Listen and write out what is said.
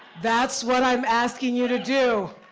that's what i'm asking you to do.